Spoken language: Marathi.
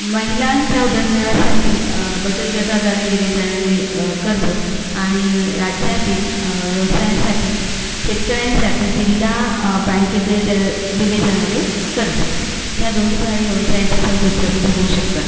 महिलांचा उदरनिर्वाहासाठी बचतगटाद्वारे दिले जाणारे कर्ज आणि राज्यातील व्यवसायांसाठी शेतकऱ्यांसाठी जिल्हा बँकेत दे दिले जाणारे कर्ज ह्या दोन्हीद्वारे व्यवसायांच्या संधी उपलब्ध होऊ शकतात